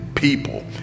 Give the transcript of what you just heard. People